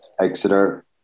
Exeter